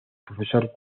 profesor